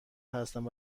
هستند